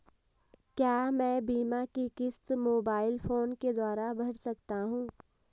क्या मैं बीमा की किश्त मोबाइल फोन के द्वारा भर सकता हूं?